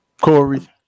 Corey